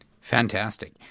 Fantastic